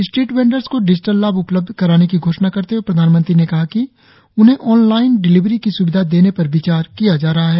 street vendors को digital लाभ उपलब्ध कराने की घोषणा करते हुए प्रधानमंत्री ने कहा कि उन्हें ऑनलाइन डिलीवरी की स्विधा देने पर विचार किया जा रहा है